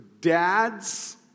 Dads